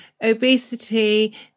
obesity